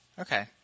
Okay